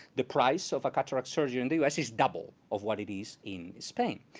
the price of cataract surgery in the us is double of what it is in spain.